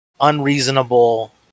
unreasonable